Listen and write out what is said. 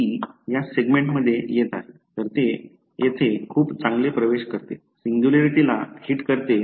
तर ते येथे खूप चांगले प्रवेश करते सिंग्युलॅरिटीला हिट करते